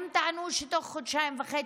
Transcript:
הם טענו שבתוך חודשיים וחצי,